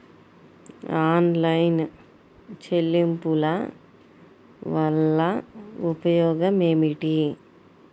Online చెల్లింపుల వల్ల ఉపయోగమేమిటీ?